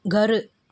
घरु